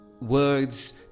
words